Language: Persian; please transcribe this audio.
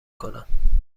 کنم